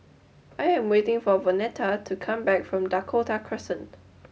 I am waiting for Vonetta to come back from Dakota Crescent